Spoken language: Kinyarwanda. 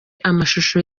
amashusho